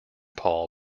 paul